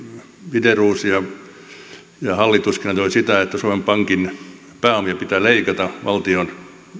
wideroos ja hallituskin ajoivat sitä että suomen pankin pääomia pitää leikata siihen valtion